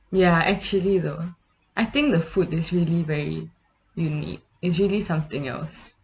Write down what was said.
ya actually though I think the food is really very unique it's really something else